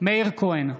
מאיר כהן,